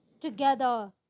together